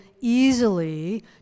easily